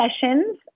sessions